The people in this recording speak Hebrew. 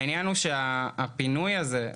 העניין הוא שהפינוי הזה,